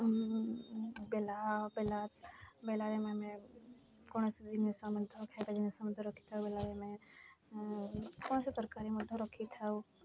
ବେଲା ବେଲା ବେଲାରେ ଆମେ କୌଣସି ଜିନିଷ ମଧ୍ୟ ଖାଇବା ଜିନିଷ ମଧ୍ୟ ରଖିଥାଉ ବେଲାରେ ଆମେ କୌଣସି ତରକାରୀ ମଧ୍ୟ ରଖିଥାଉ